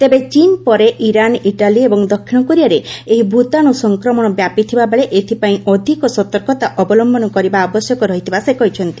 ତେବେ ଚୀନ୍ ପରେ ଇରାନ ଇଟାଲୀ ଏବଂ ଦକ୍ଷିଣ କୋରିଆରେ ଏହି ଭୂତାଣ୍ର ସଂକ୍ରମଣ ବ୍ୟାପିଥିବା ବେଳେ ଏଥିପାଇଁ ଅଧିକ ସତର୍କତା ଅବଲୟନ କରିବା ଆବଶ୍ୟକ ରହିଥିବା ସେ କହିଛନ୍ତି